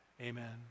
Amen